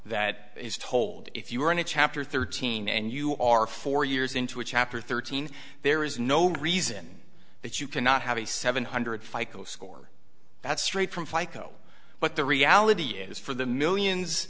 that is told if you are in a chapter thirteen and you are four years into a chapter thirteen there is no reason that you cannot have a seven hundred five school that's straight from fica oh but the reality is for the millions